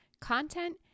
content